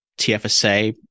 TFSA